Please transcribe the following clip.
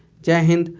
jaihind.